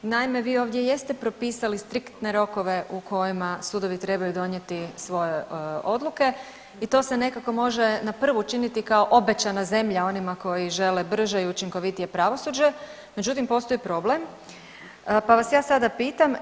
Naime, vi ovdje jeste propisali striktne rokove u kojima sudovi trebaju donijeti svoje odluke i to se nekako može na prvu činiti kao obećana zemlja onima koji žele brže i učinkovitije pravosuđe međutim postoji problem pa vas ja sada pitam.